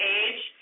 age